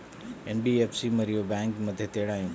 NBFC మరియు bank మధ్య తేడా ఏమిటి?